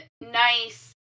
nice